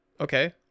okay